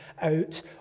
out